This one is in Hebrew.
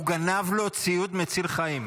הוא גנב לו ציוד מציל חיים.